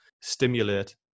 stimulate